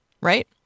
Right